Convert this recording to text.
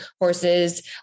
horses